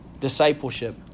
Discipleship